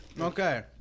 Okay